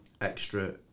extra